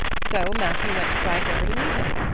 so matthew went to bright river to meet him.